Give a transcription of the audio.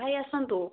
ଭାଇ ଆସନ୍ତୁ